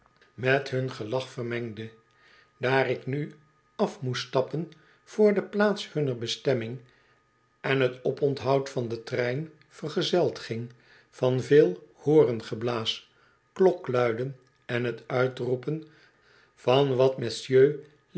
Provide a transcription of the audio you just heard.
met hun gelach vermengde daar ik nu af moest stappen vr de plaats hunner bestemming en het oponthoud van den trein vergezeld ging van veel horengeblaas klokluiden en t uitroepen van wat messieurs